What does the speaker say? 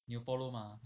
你有 follow mah 他的